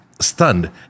Stunned